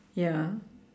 ya